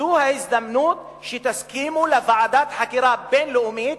זאת ההזדמנות שתסכימו לוועדת חקירה בין-לאומית,